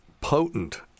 potent